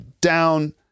down